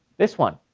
this one,